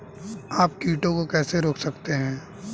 आप कीटों को कैसे रोक सकते हैं?